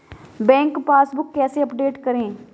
Bank passbook कैसे update करें?